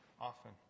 often